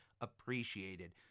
appreciated